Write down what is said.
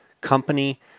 company